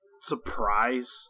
surprise